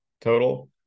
total